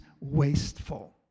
wasteful